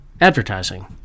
advertising